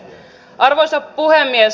arvoisa puhemies